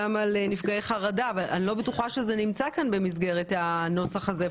על נפגעי חרדה אבל אני לא בטוחה שזה נמצא כאן במסגרת הנוסח הזה.